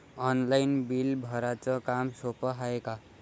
Online bill भराच काम सोपं हाय का?